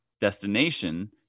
destination